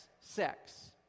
sex